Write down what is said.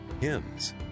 hymns